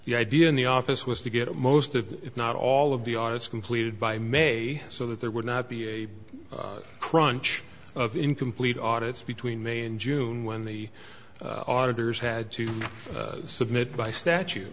the idea in the office was to get most of if not all of the artists completed by may so that there would not be a crunch of incomplete audits between may and june when the auditors had to submit by statu